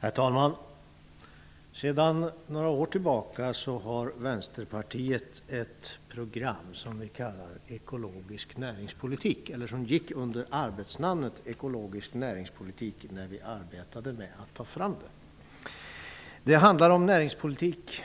Herr talman! Sedan några år tillbaka har Vänsterpartiet ett program som gick under arbetsnamnet ekologiskt näringspolitik när vi i Vänsterpartiet arbetade med att ta fram det. Det handlar om en näringspolitik